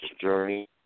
Journey